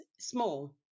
small